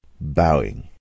Bowing